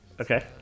Okay